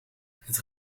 het